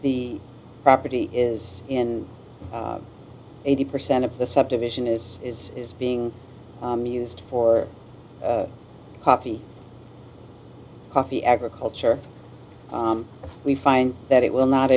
the property is in eighty percent of the subdivision is is is being used for coffee coffee agriculture we find that it will not